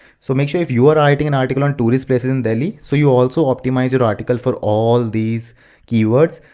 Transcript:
so make sure if you are writing an article on tourist places in delhi, so you also optimize your article for all these keywords.